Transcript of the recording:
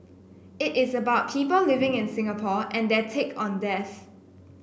it is about people living in Singapore and their take on death